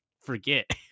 forget